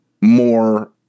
more